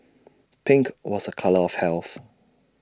pink was A colour of health